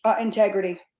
integrity